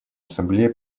ассамблея